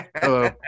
Hello